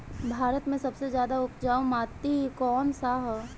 भारत मे सबसे ज्यादा उपजाऊ माटी कउन सा ह?